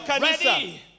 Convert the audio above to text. ready